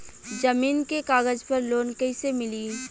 जमीन के कागज पर लोन कइसे मिली?